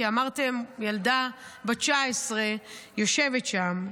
כי אמרתם: ילדה בת 19 יושבת שם.